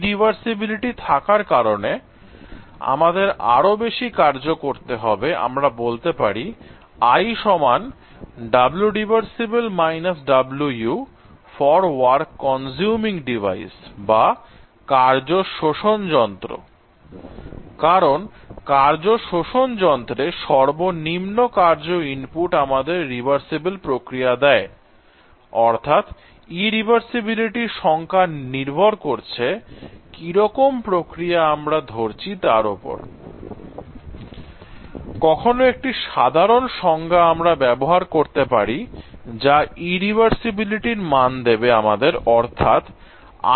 irreversibility থাকার কারণে আমাদের আরো বেশি কার্য করতে হবে আমরা বলতে পারি I Wrev - Wu ← for work consuming device কারণ কার্য শোষণ যন্ত্রে সর্বনিম্ন কার্য ইনপুট আমাদের রিভার্সিবল প্রক্রিয়া দেয় I অর্থাৎ ইরিভারসিবিলিটির সংজ্ঞা নির্ভর করছে কিরকম প্রক্রিয়া আমরা ধরছি তার উপর I কখনো একটি সাধারণ সংজ্ঞা আমরা ব্যবহার করতে পারি যা এই ইরিভারসিবিলিটি মান দেবে আমাদের অর্থাৎ I